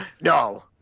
no